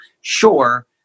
Sure